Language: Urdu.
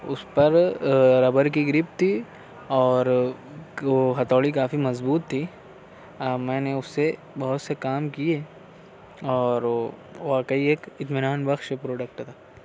اس پر ربر کی گرپ تھی اور وہ ہتھوڑی کافی مضبوط تھی میں نے اس سے بہت سے کام کیے اور وہ واقعی ایک اطمینان بخش پروڈکٹ تھا